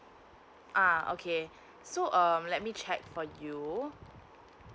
ah okay so um let me check for you